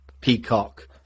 Peacock